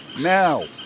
Now